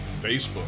Facebook